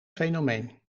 fenomeen